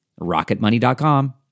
RocketMoney.com